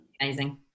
amazing